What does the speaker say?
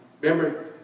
Remember